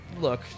look